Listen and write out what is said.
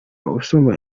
usoma